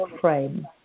frame